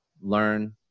learn